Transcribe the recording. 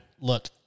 Look